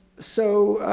so,